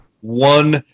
one